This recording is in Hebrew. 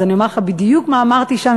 אז אני אומר לך בדיוק מה אמרתי שם,